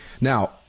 Now